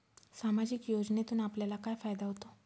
सामाजिक योजनेतून आपल्याला काय फायदा होतो?